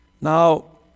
Now